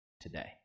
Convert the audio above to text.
today